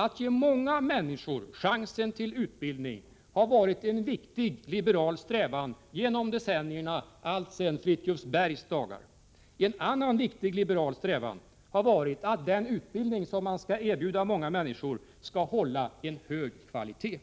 Att ge många människor chansen till utbildning har varit en viktig liberal strävan genom decennierna, alltsedan Fridtjuv Bergs dagar. En annan viktig liberal strävan har varit att den utbildning som många människor erbjuds skall hålla en hög kvalitet.